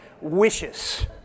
wishes